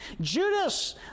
Judas